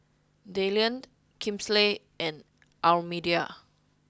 Dylan Kinsley and Almedia